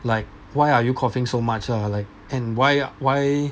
like why are you coughing so much lah like and why why